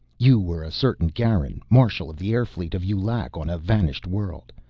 you were a certain garan, marshall of the air fleet of yu-lac on a vanished world,